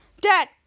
Dad